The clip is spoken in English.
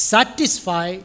Satisfy